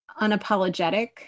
unapologetic